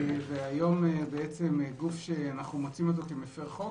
והיום גוף שאנו מוצאים אותו כמפר חוק,